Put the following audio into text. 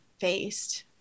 faced